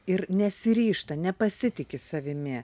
ir nesiryžta nepasitiki savimi